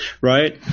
right